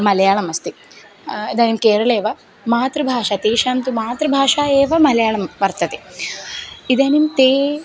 मलयाळम् अस्ति इदानीं केरळेव मातृभाषा तेषां तु मातृभाषा एव मलयाळं वर्तते इदानीं ते